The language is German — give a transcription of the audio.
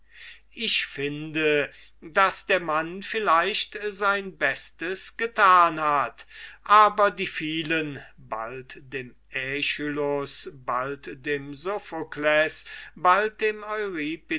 ich finde daß der mann vielleicht sein bestes getan hat aber die vielen bald dem aeschylus bald dem sophokles bald dem